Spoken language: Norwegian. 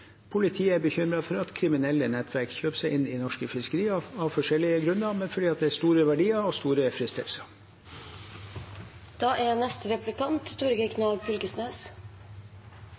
politiet er bekymret for at kriminelle nettverk kjøper seg inn i norske fiskerier av forskjellige grunner – fordi det er store verdier og store fristelser.